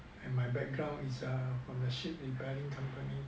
and my background is a from the ship repairing company